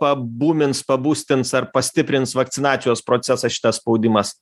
pabūmins pabūstins ar pastiprins vakcinacijos procesą šitas spaudimas